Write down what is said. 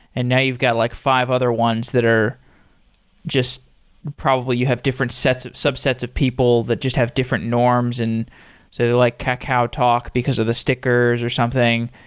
and now you've got like five other ones that are just probably you have different subsets of subsets of people that just have different norms, and so like kakaotalk because of the stickers or something.